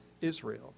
Israel